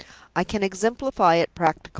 i can exemplify it practically,